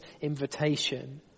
invitation